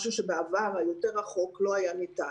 משהו שבעבר הרחוק יותר לא היה ניתן.